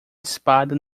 espada